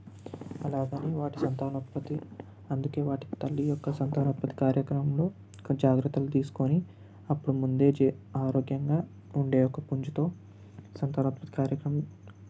అలాగని వాటి సంతానోత్పత్తి అందుకే వాటి తల్లి యొక్క సంతానోత్పత్తి కార్యక్రమంలో కొన్ని జాగ్రత్తలు తీసుకొని అప్పుడు ముందే ఆరోగ్యంగా ఉండే ఒక పుంజుతో సంతానోత్పత్తి కార్యక్రమం